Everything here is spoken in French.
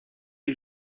les